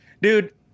dude